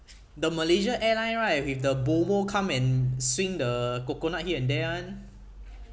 the malaysia airline right with the bomoh come and swing the coconut here and there [one]